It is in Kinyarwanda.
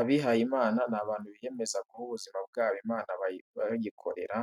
Abihayimana ni abantu biyemeza guha ubuzima bwabo Imana bayikorera,